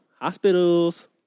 Hospitals